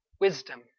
wisdom